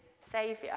saviour